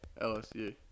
LSU